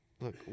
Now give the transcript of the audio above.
Look